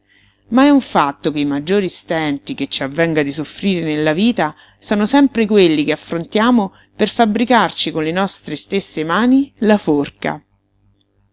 ma è un fatto che i maggiori stenti che ci avvenga di soffrire nella vita sono sempre quelli che affrontiamo per fabbricarci con le nostre stesse mani la forca